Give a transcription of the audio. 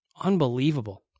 Unbelievable